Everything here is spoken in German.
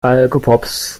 alkopops